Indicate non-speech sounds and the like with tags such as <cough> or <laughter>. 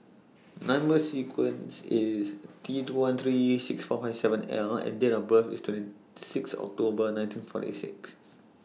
<noise> Number sequence IS T two one three six four five seven L and Date of birth IS twenty six October nineteen forty six